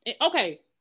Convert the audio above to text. Okay